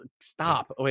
stop